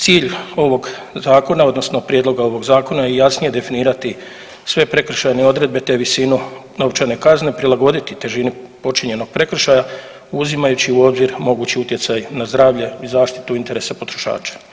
Cilj ovog zakona odnosno prijedloga ovog zakona je jasnije definirati sve prekršajne odredbe te visinu novčane kazne prilagoditi težini počinjenog prekršaja uzimajući u obzir mogući utjecaj na zdravlje i zaštitu interesa potrošača.